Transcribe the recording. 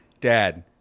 Dad